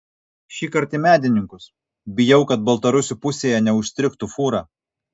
šįkart į medininkus bijau kad baltarusių pusėje neužstrigtų fūra